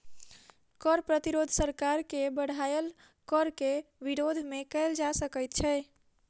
कर प्रतिरोध सरकार के बढ़ायल कर के विरोध मे कयल जा सकैत छै